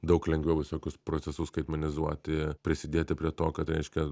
daug lengviau visokius procesus skaitmenizuoti prisidėti prie to kad reiškia